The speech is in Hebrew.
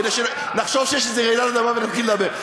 כדי שנחשוב שיש איזו רעידת אדמה ונתחיל לדבר.